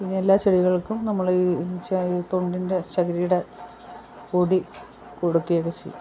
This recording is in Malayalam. പിന്നെല്ലാ ചെടികൾക്കും നമ്മൾ ഈ തൊണ്ടിൻ്റെ ചകരീടെ പൊടി കൊടുക്കയൊക്കെ ചെയ്യും